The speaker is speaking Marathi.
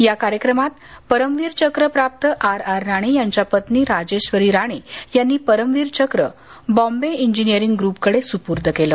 या कार्यक्रमात परमवीर चक्र प्राप्त आर् आर् राणे यांच्या पत्नी राजेश्वरी राणे यांनी परमवीर चक्र बॉम्बे इंजीनियरींग ग्रुपकडे सुपूर्द केलं